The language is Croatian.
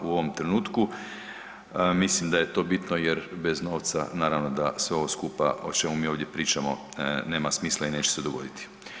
U ovom trenutku mislim da je to bitno jer bez novaca naravno da sve ovo skupa o čemu mi ovdje pričamo nema smisla i neće se dogoditi.